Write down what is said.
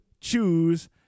choose